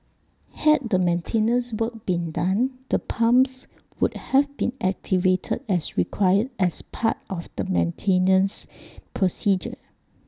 had the maintenance work been done the pumps would have been activated as required as part of the maintenance procedure